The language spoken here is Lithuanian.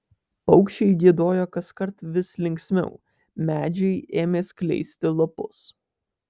paukščiai giedojo kaskart vis linksmiau medžiai ėmė skleisti lapus